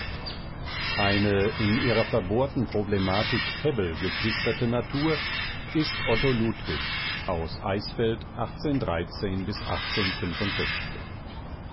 eine in ihrer verbohrten problematik hebbel geschwisterte natur ist otto ludwig aus eisfeld